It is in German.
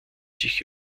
sich